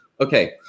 Okay